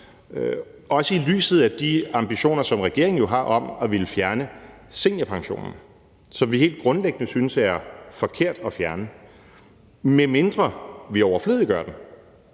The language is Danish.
også i lyset af de ambitioner, som regeringen har om at ville fjerne seniorpensionen, som vi helt grundlæggende synes er forkert at fjerne, medmindre vi overflødiggør den.